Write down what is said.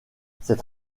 cette